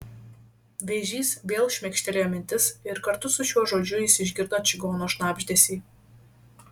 vėžys vėl šmėkštelėjo mintis ir kartu su šiuo žodžiu jis išgirdo čigono šnabždesį